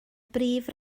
brif